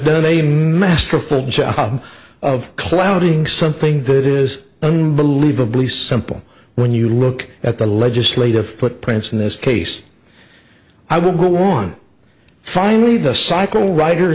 been a masterful job of clouding something that is unbelievably simple when you look at the legislative footprints in this case i will go on finally the cycle ri